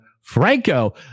Franco